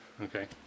Okay